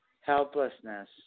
Helplessness